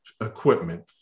equipment